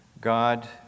God